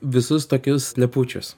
visus tokius plepučius